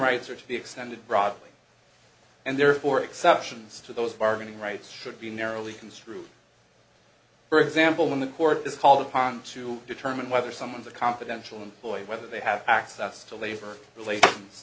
rights are to be extended broadly and therefore exceptions to those bargaining rights should be narrowly construed for example when the court is called upon to determine whether someone's a confidential employee whether they have access to labor relat